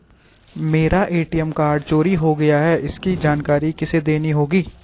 मेरा ATM card चोरी हो गया है इसकी जानकारी किसे देनी होगी?